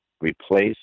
Replace